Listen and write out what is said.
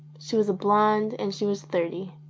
she was a blonde and she was thirty.